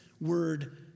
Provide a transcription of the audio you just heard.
word